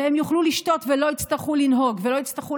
והם יוכלו לשתות ולא יצטרכו לנהוג ולא יצטרכו